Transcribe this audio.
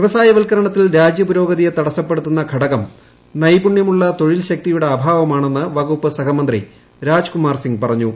വ്യവസായവത്കരണത്തിൽ ത്രാജ്യപുരോഗതിയെ തടസ്സപ്പെടുത്തുന്ന ഘടകം നൈപുണ്യമുള്ള തൊഴിൽ ശക്തിയുടെ അഭാവമാണെന്ന് വകുപ്പ് സഹമന്ത്രി രാജ്കുമാർ സിംഗ് പറഞ്ഞു